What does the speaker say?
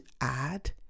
add